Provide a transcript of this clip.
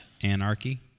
Anarchy